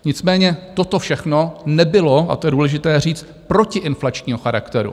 Nicméně toto všechno nebylo, a to je důležité říct, protiinflačního charakteru.